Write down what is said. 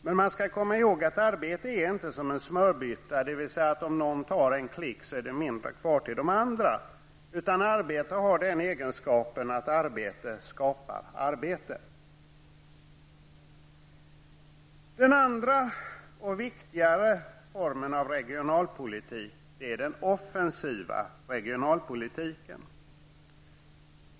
Men man skall komma ihåg att arbete inte är som en smörbytta, dvs. att om någon tar en klick är det mindre kvar till de andra, utan arbete har den egenskapen att det skapar arbete. Den andra och viktigare formen av regionalpolitik är den offensiva regionalpolitiken.